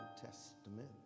Testament